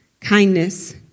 kindness